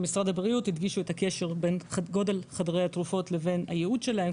במשרד הבריאות הדגישו את הקשר בין גודל חדרי התרופות לבין הייעוד שלהם,